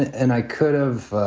and i could have